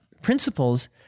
principles